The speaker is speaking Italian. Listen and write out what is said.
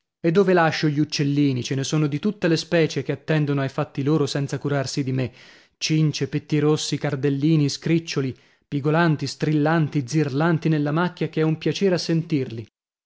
e dove lascio gli uccellini ce ne sono di tutte le specie che attendono ai fatti loro senza curarsi di me cincie pettirossi cardellini scriccioli pigolanti strillanti zirlanti nella macchia ch'è un piacere a sentirli